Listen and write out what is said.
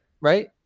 Right